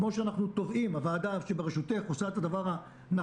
כפי שהוועדה בראשותך תובעת,